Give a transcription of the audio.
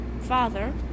father